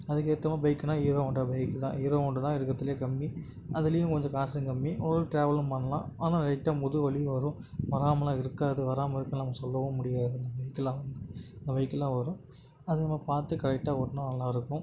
அதுக்கேற்ற மாதிரி பைக்னால் ஹீரோ ஹோண்டா பைக் தான் ஹீரோ ஹோண்டா தான் இருக்கிறதுலயே கம்மி அதுலேயும் கொஞ்சம் காசும் கம்மி ஓரளவுக்கு டிராவலும் பண்ணலாம் ஆனால் லைட்டாக முதுக் வலி வரும் வராமலாம் இருக்காது வராமல் இருக்கும் நம்ம சொல்லவும் முடியாது இந்த வெஹிக்கிள்லாம் இந்த வெஹிக்கிள்லாம் வரும் அது நம்ம பார்த்து கரெக்டாக ஓட்டினா நல்லாயிருக்கும்